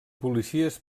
policies